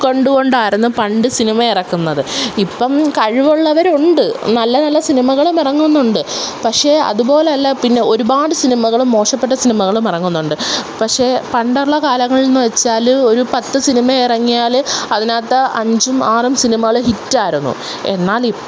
ക്കൊണ്ടുകൊണ്ടായിരുന്നു പണ്ട് സിനിമ ഇറക്കുന്നത് ഇപ്പം കഴിവുള്ളവരുണ്ട് നല്ല നല്ല സിനിമകളും ഇറങ്ങുന്നുണ്ട് പക്ഷെ അതുപോലെയല്ല പിന്നെ ഒരുപാട് സിനിമകളും മോശപ്പെട്ട സിനിമകളും ഇറങ്ങുന്നുണ്ട് പക്ഷെ പണ്ടുള്ള കാലങ്ങളെന്ന് വെച്ചാൽ ഒരു പത്ത് സിനിമ ഇറങ്ങിയാൽ അതിനകത്ത് അഞ്ചും ആറും സിനിമകളും ഹിറ്റായിരുന്നു എന്നാൽ